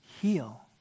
heal